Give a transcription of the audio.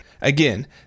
Again